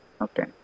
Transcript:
Okay